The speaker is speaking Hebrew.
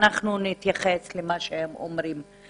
אחר כך נתייחס למה שהם אומרים.